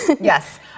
Yes